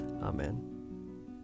Amen